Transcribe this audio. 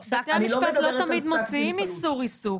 בתי המשפט לא תמיד מוציאים איסור עיסוק.